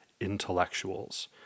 intellectuals